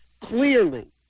clearly